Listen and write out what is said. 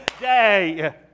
day